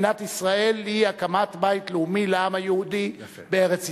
מדינת ישראל היא הקמת בית לאומי לעם היהודי בארץ-ישראל.